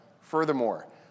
furthermore